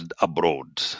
abroad